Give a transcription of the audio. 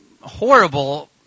horrible